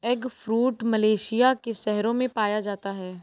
eggfruit Malaysia के शहरों में पाया जाता है